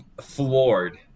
floored